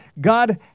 God